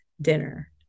dinner